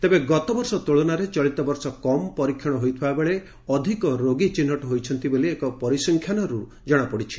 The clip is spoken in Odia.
ତେବେ ଗତବର୍ଷ ତୁଳନାରେ ଚଳିତ ବର୍ଷ କମ୍ ପରୀକ୍ଷଣ ହୋଇଥିବାବେଳେ ଅଧିକ ରୋଗୀ ଚିହ୍ଟ ହୋଇଛନ୍ତି ବୋଲି ଏକ ପରିସଂଖ୍ୟାନରୁ ଜଶାପଡ଼ିଛି